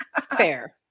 Fair